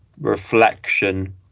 reflection